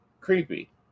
creepy